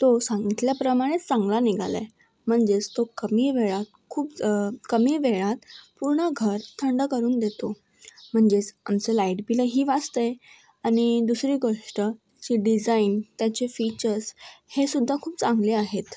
तो सांगितल्याप्रमाणेच चांगला निघाला आहे म्हणजेच तो कमी वेळा खूप कमी वेळात पूर्ण घर थंड करून देतो म्हणजेच आमचं लाईट बिलही वाचतं आहे आणि दुसरी गोष्ट त्याची डिझाईन त्याचे फिचर्स हे सुद्धा खूप चांगले आहेत